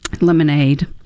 lemonade